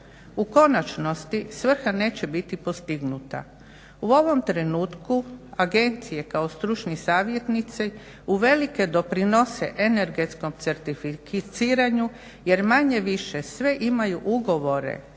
U konačnosti, svrha neće biti postignuta. U ovom trenutku agencije kao stručni savjetnici uvelike doprinose energetskom certificiranju jer manje-više sve imaju ugovore